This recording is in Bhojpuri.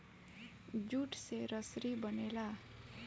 जूट से रसरी बनेला